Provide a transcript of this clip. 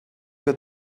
que